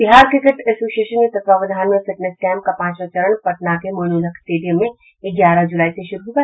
Bihar cricket association के तत्वावधान में फिटनेस कैंप का पांचवां चरण पटना के माईनुलहक स्टेडियम में ग्यारह जुलाई से शुरू होगा